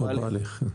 או בעלך.